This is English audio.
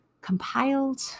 compiled